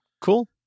cool